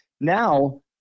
Now